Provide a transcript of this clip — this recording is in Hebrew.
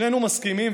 שנינו מסכימים,